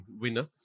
winner